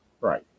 Right